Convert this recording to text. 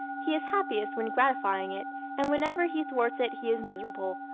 he is happiest when gratifying it and whenever he thwarts it he is miserable,